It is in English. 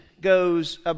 goes